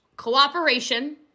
Cooperation